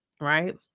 right